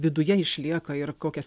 viduje išlieka ir kokias